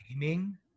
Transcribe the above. gaming